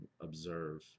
observe